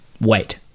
wait